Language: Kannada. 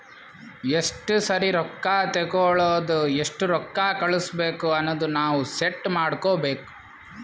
ಎಸ್ಟ ಸರಿ ರೊಕ್ಕಾ ತೇಕೊಳದು ಎಸ್ಟ್ ರೊಕ್ಕಾ ಕಳುಸ್ಬೇಕ್ ಅನದು ನಾವ್ ಸೆಟ್ ಮಾಡ್ಕೊಬೋದು